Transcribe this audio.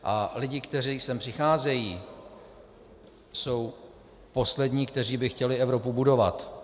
A lidé, kteří sem přicházejí, jsou poslední, kteří by chtěli Evropu budovat.